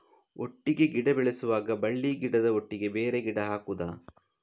ಒಟ್ಟಿಗೆ ಗಿಡ ಬೆಳೆಸುವಾಗ ಬಳ್ಳಿ ಗಿಡದ ಒಟ್ಟಿಗೆ ಬೇರೆ ಗಿಡ ಹಾಕುದ?